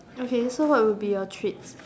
okay so what would be your treats